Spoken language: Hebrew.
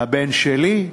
לבן שלי,